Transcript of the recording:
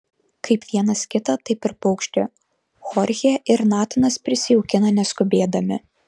kaip vienas kitą taip ir paukštį chorchė ir natanas prisijaukina neskubėdami